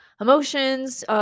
emotions